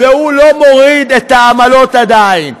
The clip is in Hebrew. והוא לא מוריד את העמלות עדיין.